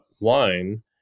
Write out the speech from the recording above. wine